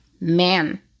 man